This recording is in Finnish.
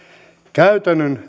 käytännön